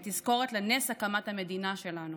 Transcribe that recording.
הם תזכורת לנס הקמת המדינה שלנו